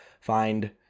find